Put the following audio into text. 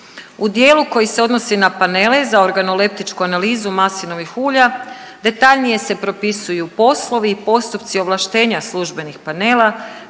U dijelu koji se odnosi na panele za organoleptičku analizu maslinovih ulja detaljnije se propisuju poslovi i postupci ovlaštenja službenih panela